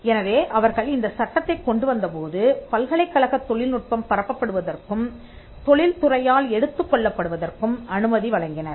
எனவே அவர்கள் இந்த சட்டத்தைக் கொண்டுவந்தபோது பல்கலைக்கழகத் தொழில்நுட்பம் பரப்பப்படுவதற்கும் தொழில் துறையால் எடுத்துக்கொள்ளப்படுவதற்கும் அனுமதி வழங்கினர்